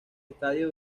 estadio